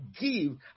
give